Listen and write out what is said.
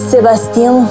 Sebastian